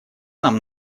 нам